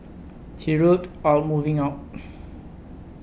he ruled out moving out